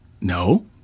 No